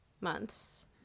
months